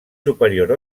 superior